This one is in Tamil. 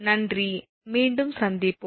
நன்றி மீண்டும் சந்திப்போம்